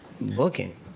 booking